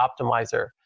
optimizer